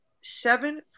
seven